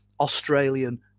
Australian